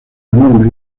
menor